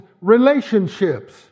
relationships